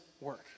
work